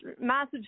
massive